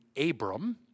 Abram